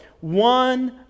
one